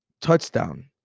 touchdown